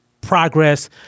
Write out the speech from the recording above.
progress